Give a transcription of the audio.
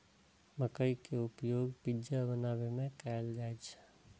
मकइ के उपयोग पिज्जा बनाबै मे कैल जाइ छै